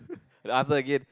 I answer again